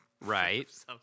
Right